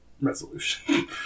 resolution